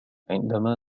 عندما